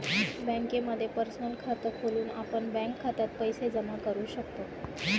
बँकेमध्ये पर्सनल खात खोलून आपण बँक खात्यात पैसे जमा करू शकतो